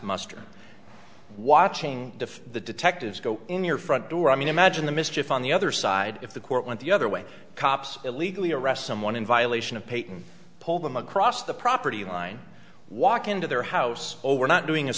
muster watching the detectives go in your front door i mean imagine the mischief on the other side if the court went the other way cops illegally arrest someone in violation of payton pull them across the property line walk into their house over not doing a